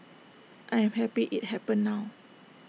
I am happy IT happened now